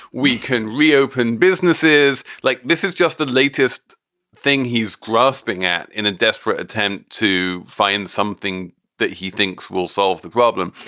we can reopen. businesses like this is just the latest thing he's grasping at in a desperate attempt to find something that he thinks will solve the problem.